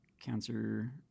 cancer